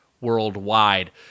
worldwide